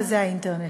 וזה האינטרנט.